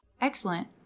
Excellent